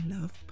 Love